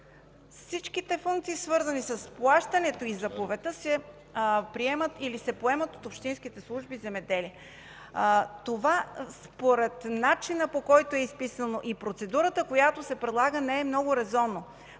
всички функции, свързани с плащанията и заповедта, се поемат от общинските служби „Земеделие”. Това, според начина, по който е изписано, и процедурата, която се предлага, не е много резонно.